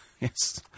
Yes